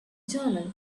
journal